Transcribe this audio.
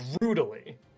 brutally